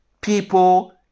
people